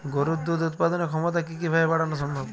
গরুর দুধ উৎপাদনের ক্ষমতা কি কি ভাবে বাড়ানো সম্ভব?